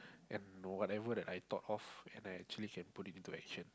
and whatever that I thought of and I actually can put it into action